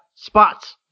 Spots